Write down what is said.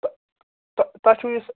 تہٕ تہٕ تۄہہِ چھُو یِس